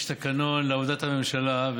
יש תקנון לעבודת הממשלה,